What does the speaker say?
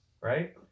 right